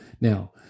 Now